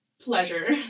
pleasure